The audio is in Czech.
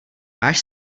máš